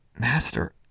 Master